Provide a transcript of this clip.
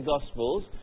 Gospels